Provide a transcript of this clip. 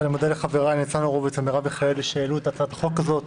אני מודה לחבריי ניצן הורוביץ ומרב מיכאלי שהעלו את הצעת החוק הזאת,